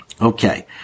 Okay